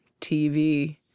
TV